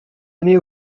aimez